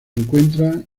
encuentran